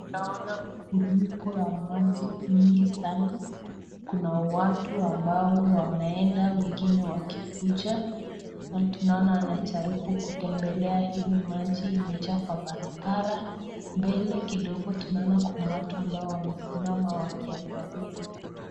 Tunaona mafuriko ya maji mingi sana, kuna watu ambao wanaenda wengine wakikuja, na tunaona wanajaribu kutembelea hili maji imejaa kwa barabara, mbele kidogo tunaona kuna watu ambao wamesimama wakiangalia.